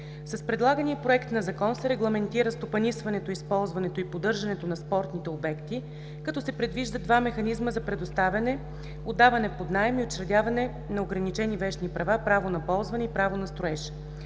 С предлагания Проект на закон се регламентира стопанисването, използването и поддържането на спортните обекти, като се предвиждат два механизма за предоставяне – отдаване под наем и учредяване на ограничени вещни права (право на ползване и право на строеж).